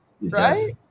right